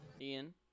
Ian